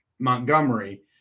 Montgomery